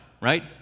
right